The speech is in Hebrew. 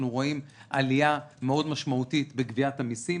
רואים עלייה מאוד משמעותית בגביית המסים,